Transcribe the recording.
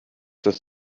dass